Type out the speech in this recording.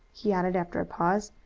he added after a pause,